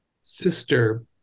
Sister